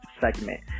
segment